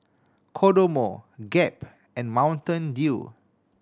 Kodomo Gap and Mountain Dew